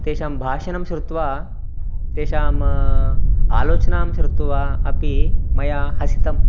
तेषां भाषणं श्रुत्वा तेषाम् आलोचनां शृत्वा अपि मया हसितम्